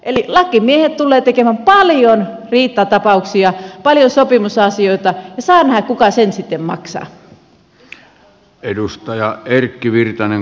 eli lakimiehet tulevat tekemään paljon riitata pauksia paljon sopimusasioita ja saa nähdä kuka sen sitten maksaa